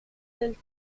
del